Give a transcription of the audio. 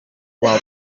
while